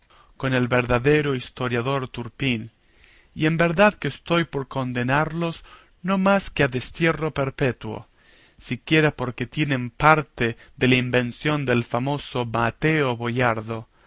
con el verdadero historiador turpín y en verdad que estoy por condenarlos no más que a destierro perpetuo siquiera porque tienen parte de la invención del famoso mateo boyardo